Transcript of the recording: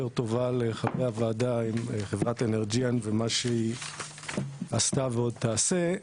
טובה לחברי הוועדה עם חברת אנרג'יאן ומה שהיא עשתה ועוד תעשה,